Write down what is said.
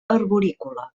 arborícola